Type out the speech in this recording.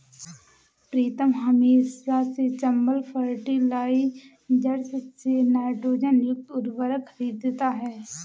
प्रीतम हमेशा से चंबल फर्टिलाइजर्स से नाइट्रोजन युक्त उर्वरक खरीदता हैं